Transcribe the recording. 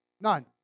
None